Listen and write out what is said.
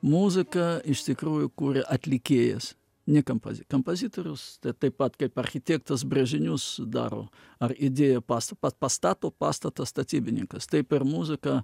muziką iš tikrųjų kuria atlikėjas ne kampaz kampazitorius taip pat kaip architektas brėžinius daro ar idėją pas pa pastato pastatą statybininkas taip ir muzika